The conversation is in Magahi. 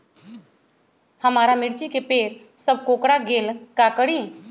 हमारा मिर्ची के पेड़ सब कोकरा गेल का करी?